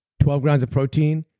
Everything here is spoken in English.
twelve grams of protein,